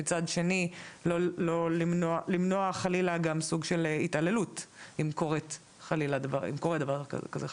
ומצד שני למנוע סוג של התעללות או קורה דבר כזה.